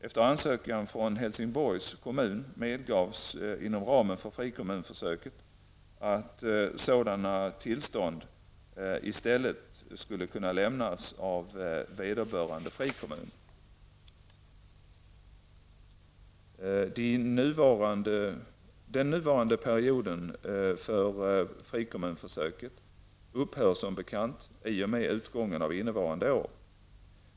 Efter ansökan från Helsingborgs kommun medgavs inom ramen för frikommunsförsöket att sådant tillstånd i stället skulle kunna lämnas av vederbörande frikommun. Den nuvarande perioden för frikommunsförsöket upphör som bekant i och med utgången av innevarande år.